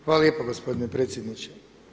Hvala lijepo gospodine predsjedniče.